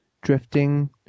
Drifting